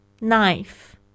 knife